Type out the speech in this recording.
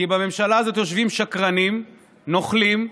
כי בממשלה הזאת יושבים שקרנים, נוכלים,